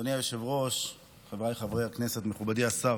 אדוני היושב-ראש, חבריי חברי הכנסת, מכובדי השר,